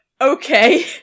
Okay